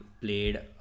played